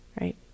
right